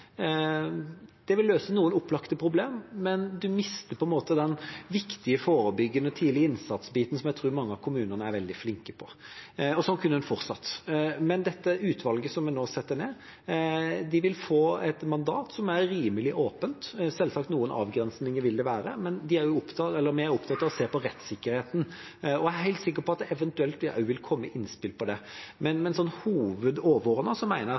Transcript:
Det vil løse noen opplagte problemer, men da mister man den viktige forebyggende tidlig innsats-biten som jeg tror mange av kommunene er veldig flinke på. Og sånn kunne en fortsatt. Men dette utvalget vi nå setter ned, vil få et mandat som er rimelig åpent. Det vil selvsagt være noen avgrensninger, men vi er opptatt av å se på rettssikkerheten. Jeg er helt sikker på at det eventuelt også vil komme innspill om det. Overordnet mener jeg det er mye som er bra i måten vi organiserer på. Men så